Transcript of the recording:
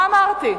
מה אמרתי?